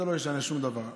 זה לא ישנה שום דבר.